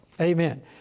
Amen